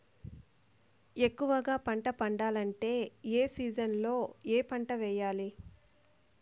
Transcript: ఎక్కువగా పంట పండాలంటే ఏ సీజన్లలో ఏ పంట వేయాలి